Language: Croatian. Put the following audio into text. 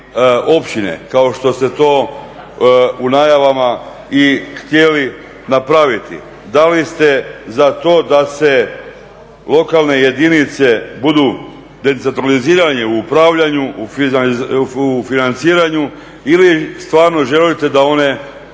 općine kao što ste to u najavama i htjeli napraviti? Da li ste za to da se lokalne jedinice budu decentralizirane u upravljanju u financiranju ili stvarno želite da one